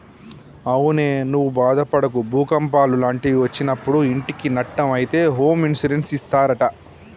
అవునే నువ్వు బాదపడకు భూకంపాలు లాంటివి ఒచ్చినప్పుడు ఇంటికి నట్టం అయితే హోమ్ ఇన్సూరెన్స్ ఇస్తారట